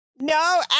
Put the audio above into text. no